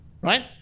Right